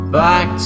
back